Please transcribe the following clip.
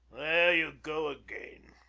there you go again.